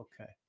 okay